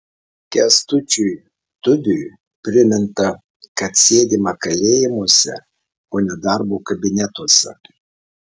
kęstučiui tubiui priminta kad sėdima kalėjimuose o ne darbo kabinetuose